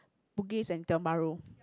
bugis and Tiong-Bahru